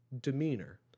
demeanor